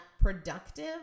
productive